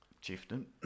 chieftain